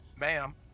ma'am